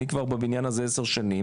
אני כבר בבניין הזה עשר שנים,